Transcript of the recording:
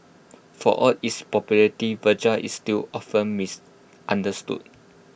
for all its popularity Viagra is still often misunderstood